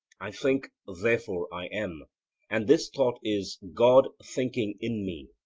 i think, therefore i am and this thought is god thinking in me,